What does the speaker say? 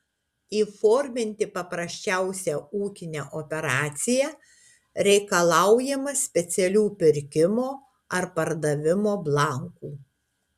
įforminti paprasčiausią ūkinę operaciją reikalaujama specialių pirkimo ar pardavimo blankų